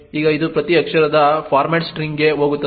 ಈಗ ಇದು ಪ್ರತಿ ಅಕ್ಷರದ ಫಾರ್ಮ್ಯಾಟ್ ಸ್ಟ್ರಿಂಗ್ಗೆ ಹೋಗುತ್ತದೆ